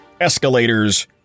escalators